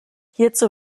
hierzu